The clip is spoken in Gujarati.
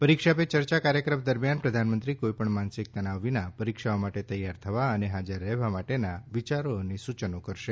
પરીક્ષા પે યર્યા કાર્યક્રમ દરમિયાન પ્રધાનમંત્રી કોઈપણ માનસિક તનાવ વિના પરીક્ષાઓ માટે તૈયાર થવા અને હાજર રહેવા માટેના વિયારો અને સૂચનો કરશે